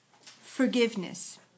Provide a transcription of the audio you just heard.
Forgiveness